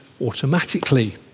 automatically